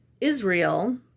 Israel